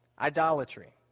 idolatry